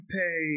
pay